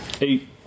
Eight